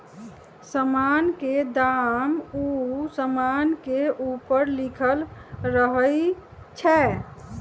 समान के दाम उ समान के ऊपरे लिखल रहइ छै